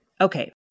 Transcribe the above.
Okay